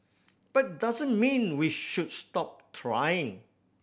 but doesn't mean we should stop trying